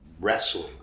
wrestling